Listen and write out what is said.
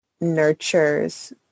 nurtures